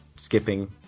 skipping